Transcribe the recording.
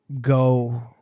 go